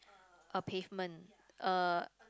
a pavement uh